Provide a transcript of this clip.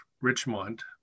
richmond